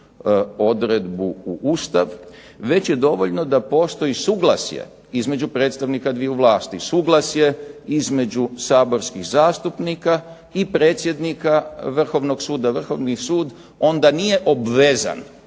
odredbu u Ustav već je dovoljno da postoji suglasje između predstavnika dviju vlasti, suglasje između saborskih zastupnika i predsjednika Vrhovnog suda. Vrhovni sud onda nije obvezan